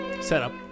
setup